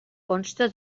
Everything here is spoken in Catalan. consta